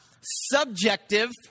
subjective